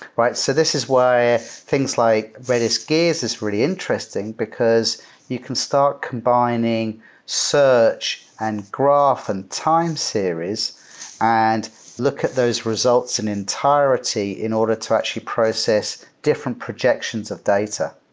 right? so this is why things like redis gears is really interesting, because you can start combining search, and graph and time series and look at those results in entirety in order to actually process different projections of data.